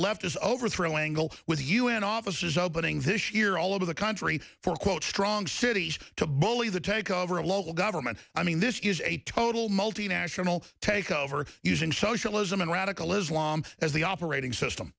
leftist overthrowing go with the u n offices opening this year all over the country for quote strong shitty to bully the takeover of local government i mean this is a total multinational takeover using socialism and radical islam as the operating system